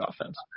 offense